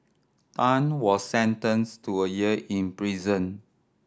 Tan was sentenced to a year in prison